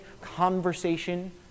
conversation